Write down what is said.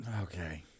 Okay